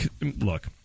Look